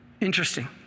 Interesting